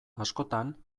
askotan